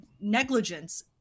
negligence